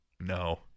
no